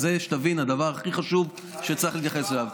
זה, שתבין, הדבר הכי חשוב שצריך להתייחס אליו.